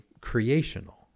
creational